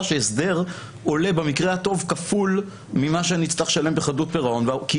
לפיה ההסדר עולה במקרה הטוב כפול ממה שאני אצטרך לשלם בחדלות פירעון כי